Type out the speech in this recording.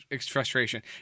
frustration